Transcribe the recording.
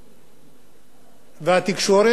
התקשורת עושה